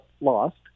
lost